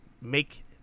make